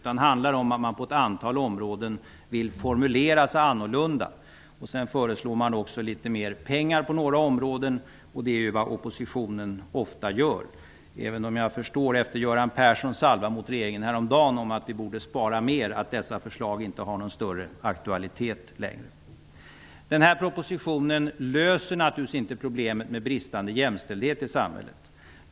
De handlar om att man på ett antal områden vill formulera sig annorlunda. Man föreslår också litet mer pengar på några områden. Det är ju vad oppositionen ofta gör. Efter Göran Perssons salva mot regeringen häromdagen om att vi borde spara mer förstår jag dock att dessa förslag inte längre har någon större aktualitet. Den här propositionen löser naturligtvis inte problemet med den bristande jämställdheten i samhället.